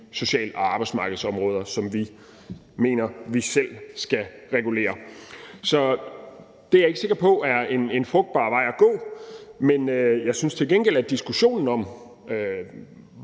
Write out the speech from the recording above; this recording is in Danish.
social- og arbejdsmarkedsområder, som vi mener vi selv skal regulere. Så det er jeg ikke sikker på er en frugtbar vej at gå. Men jeg synes til gengæld, at diskussionen om,